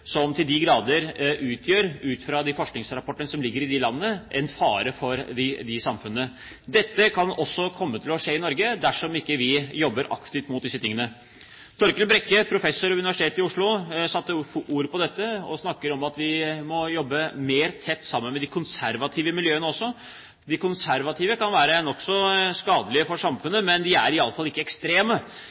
som til de grader utgjør – ifølge forskningsrapporter fra de landene – en fare for disse samfunnene. Dette kan også komme til å skje i Norge dersom vi ikke jobber aktivt mot disse tingene. Torkel Brekke, professor ved Universitetet i Oslo, satte ord på dette og snakket om at vi også må jobbe tettere sammen med de konservative miljøene. De konservative kan være nokså skadelige for samfunnet, men de er i alle fall ikke ekstreme,